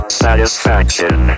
satisfaction